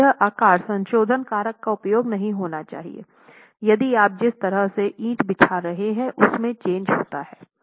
और यह आकार संशोधन कारक का उपयोग सही होना चाहिए यदि आप जिस तरह से ईंटें बिछा रहे हैं उसमें चेंज होता है